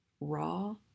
raw